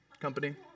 company